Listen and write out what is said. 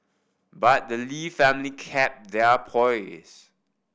but the Lee family kept their poise